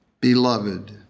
Beloved